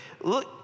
Look